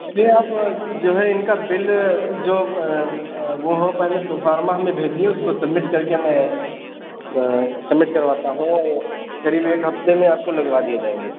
यह आप जो है इनका बिल जो वह हो पहले प्रोफार्मा हमें भेजिए उसको सम्मिट करके मैं सम्मिट करवाता हूँ और क़रीब एक हफ्ते में आपको लगवा दिए जाएंगे